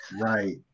right